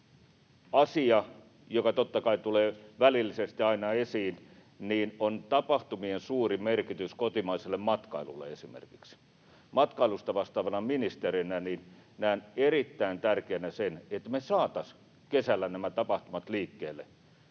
asia, joka totta kai tulee välillisesti aina esiin, on tapahtumien suuri merkitys kotimaiselle matkailulle esimerkiksi. Matkailusta vastaavana ministerinä näen erittäin tärkeänä sen, että me saataisiin kesällä nämä tapahtumat liikkeelle.